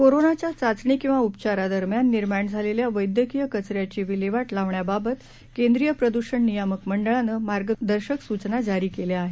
कोरोनाच्या चाचणी किंवा उपचारादरम्यान निर्माण झालेल्या वैद्यकीय कचऱ्याची विल्हेवा ालावण्याबाबत केंद्रीय प्रदूषण नियामक मंडळानं मार्गदर्शक सूचना जारी केल्या आहेत